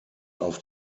auf